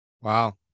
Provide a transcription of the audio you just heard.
Wow